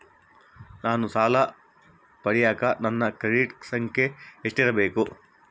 ನಾನು ಸಾಲ ಪಡಿಯಕ ನನ್ನ ಕ್ರೆಡಿಟ್ ಸಂಖ್ಯೆ ಎಷ್ಟಿರಬೇಕು?